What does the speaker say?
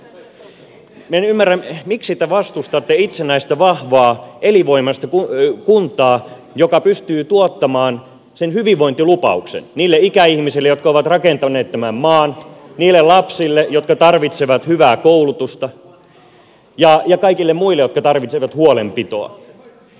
minä en ymmärrä miksi te vastustatte itsenäistä vahvaa elinvoimaista kuntaa joka pystyy täyttämään sen hyvinvointilupauksen niille ikäihmisille jotka ovat rakentaneet tämän maan niille lapsille jotka tarvitsevat hyvää koulutusta ja kaikille muille jotka tarvitsevat huolenpitoa